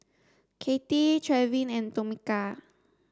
Katie Trevin and Tomeka